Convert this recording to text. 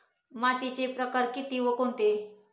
मातीचे प्रकार किती व कोणते?